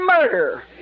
murder